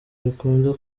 bikunda